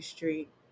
Street